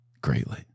greatly